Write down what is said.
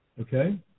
Okay